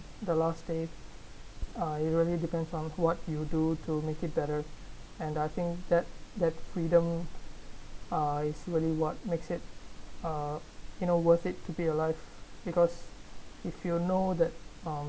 the last day uh it really depends on what you do to make it better and I think that that freedom uh it's really what makes it uh you know worth it to be alive because if you know that um